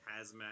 hazmat